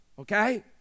okay